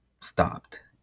stopped